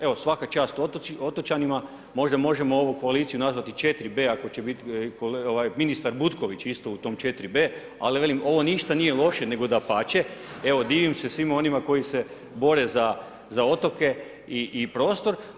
Evo svaka čast otočanima, možda možemo ovu koaliciju nazvati 4B ako će biti ministar Butković isto u tom 4B, ali velim ovo ništa nije loše nego dapače, evo divim se svima onima koji se bore za otoke i prostor.